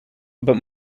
but